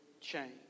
change